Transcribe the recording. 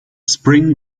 spring